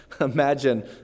Imagine